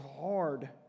hard